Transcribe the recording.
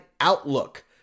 outlook